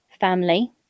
family